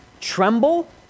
tremble